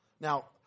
Now